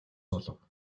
олов